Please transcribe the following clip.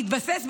בהתבסס,